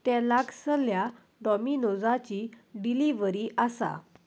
तें लागशिल्ल्या डॉमिनोजाची डिलिव्हरी आसा